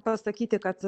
pasakyti kad